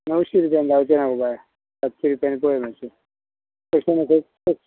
णवशीं रुपयान जावचें ना गो बाय सातशीं रुपयान पळय मातशें खर्च खूब